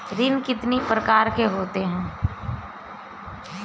ऋण कितनी प्रकार के होते हैं?